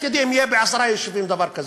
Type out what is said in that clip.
אם יהיה בעשרה יישובים דבר כזה,